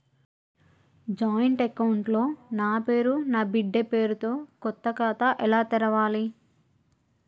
Joint account లో నా పేరు నా బిడ్డే పేరు తో కొత్త ఖాతా ఎలా తెరవాలి?